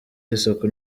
y’isuku